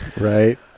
Right